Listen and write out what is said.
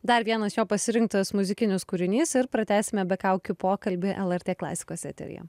dar vienas jo pasirinktas muzikinis kūrinys ir pratęsime be kaukių pokalbį lrt klasikos eteryje